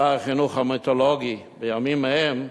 שר החינוך המיתולוגי בימים ההם: